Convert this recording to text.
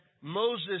Moses